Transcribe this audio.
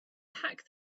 pack